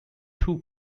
too